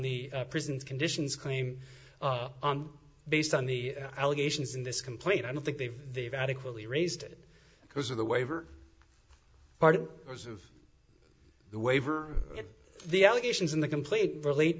the present conditions claim based on the allegations in this complaint i don't think they've they've adequately raised it because of the waiver part of the waiver if the allegations in the complete relate